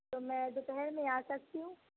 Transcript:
تو میں دوپہر میں آ سکتی ہوں